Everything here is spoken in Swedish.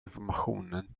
informationen